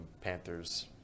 Panthers